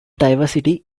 diversity